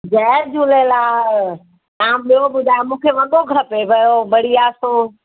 जय झूलेलाल हा ॿियो ॿुधायो मूंखे वॻो खपे पियो बढ़िया सो